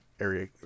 area